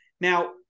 Now